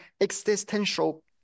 existential